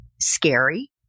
scary